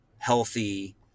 healthy